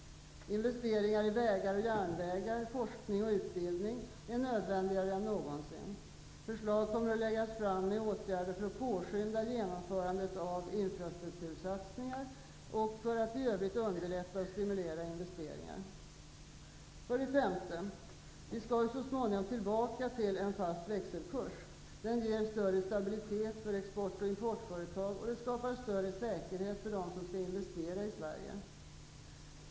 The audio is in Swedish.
Investeringar i vägar och järnvägar, forskning och utbildning är nödvändigare än någonsin. Förslag kommer att läggas fram med åtgärder för att påskynda genomförandet av infrastruktursatsningar samt för att i övrigt underlätta och stimulera investeringar. För det femte: Vi skall så småningom tillbaka till en fast växelkurs. Den ger större stabilitet för exportoch importföretag och skapar större säkerhet för dem som skall investera i Sverige.